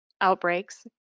outbreaks